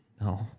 No